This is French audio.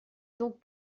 donc